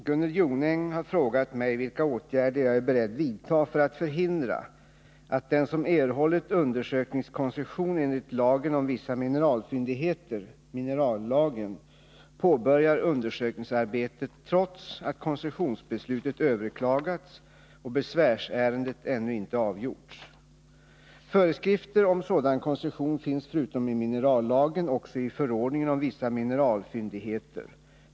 Herr talman! Gunnel Jonäng har frågat mig vilka åtgärder jag är beredd vidta för att förhindra att den som erhållit undersökningskoncession enligt lagen om vissa mineralfyndigheter påbörjar undersökningsarbetet trots att koncessionsbeslutet överklagats och besvärsärendet ännu inte avgjorts. Föreskrifter om sådan koncession finns förutom i minerallagen också i förordningen om vissa mineralfyndigheter .